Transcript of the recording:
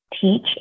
teach